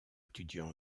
étudiant